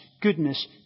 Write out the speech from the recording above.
goodness